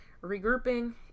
regrouping